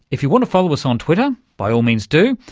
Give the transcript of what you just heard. if you want to follow us on twitter, by all means do,